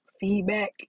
feedback